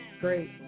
Great